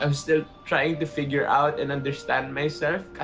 um still trying to figure out and understand myself.